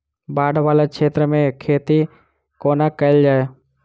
बाढ़ वला क्षेत्र मे खेती कोना कैल जाय?